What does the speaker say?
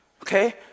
Okay